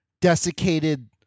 desiccated